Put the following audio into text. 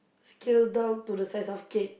scale down to the size of cat